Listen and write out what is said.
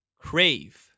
Crave